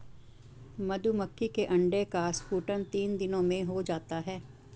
मधुमक्खी के अंडे का स्फुटन तीन दिनों में हो जाता है